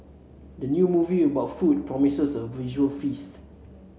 the new movie about food promises a visual feast